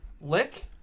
lick